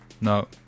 No